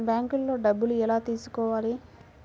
బ్యాంక్లో డబ్బులు ఎలా తీసుకోవాలి?